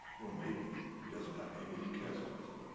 well maybe he doesn't have anybody who cares about him.